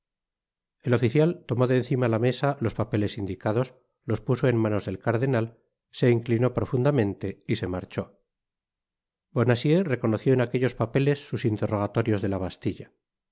el oficial tomó de encima la mesa los papeles indicados los puso en manos del cardenal se inclinó profundamente y se marchó bonacieux reconoció en aquellos papeles sus interrogatorios de la bastilla